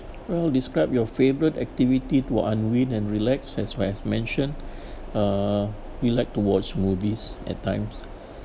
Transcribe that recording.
well describe your favourite activity to unwind and relax as I have mentioned uh we like to watch movies at times